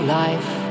life